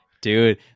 dude